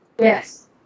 Yes